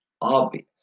obvious